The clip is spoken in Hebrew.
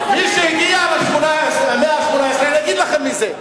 מי שהגיע למאה ה-18, אני אגיד לכם מי זה.